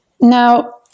Now